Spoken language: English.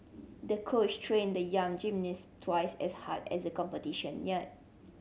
the coach trained the young gymnast twice as hard as the competition neared